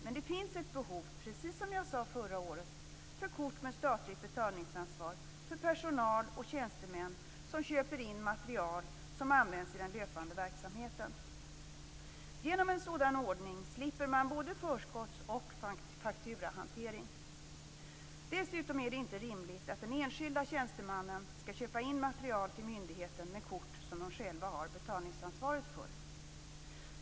Men det finns, precis som jag sade förra året, ett behov av kort med statligt betalningsansvar för personal och tjänstemän som köper in material som används i den löpande verksamheten. Genom en sådan ordning slipper man både förskotts och fakturahantering. Dessutom är det inte rimligt att den enskilda tjänstemannen skall köpa in material till myndigheten med kort som denne själv har betalningsansvaret för.